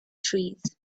trees